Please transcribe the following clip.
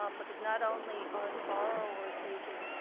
um because not only are the borrowers aging,